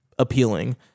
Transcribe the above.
appealing